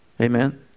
Amen